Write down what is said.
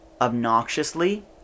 obnoxiously